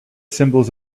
symbols